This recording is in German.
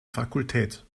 fakultät